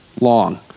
long